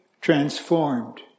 transformed